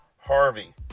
Harvey